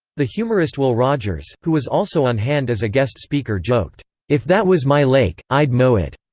the humorist will rogers, who was also on hand as a guest speaker joked if that was my lake, i'd mow it.